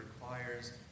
requires